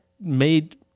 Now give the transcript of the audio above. made